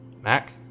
Mac